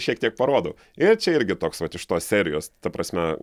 šiek tiek parodau ir čia irgi toks vat iš tos serijos ta prasme